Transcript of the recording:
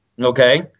Okay